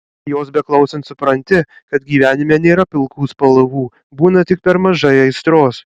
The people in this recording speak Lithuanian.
jos beklausant supranti kad gyvenime nėra pilkų spalvų būna tik per mažai aistros